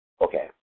Okay